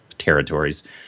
territories